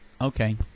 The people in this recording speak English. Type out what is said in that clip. Okay